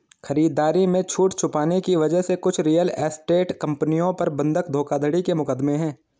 खरीदारी में छूट छुपाने की वजह से कुछ रियल एस्टेट कंपनियों पर बंधक धोखाधड़ी के मुकदमे हैं